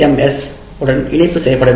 S உடன் இணைப்பு செய்யப்பட வேண்டும்